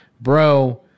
bro